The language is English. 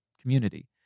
community